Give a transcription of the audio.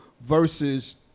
versus